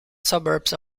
suburbs